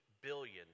billion